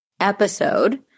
episode